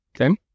Okay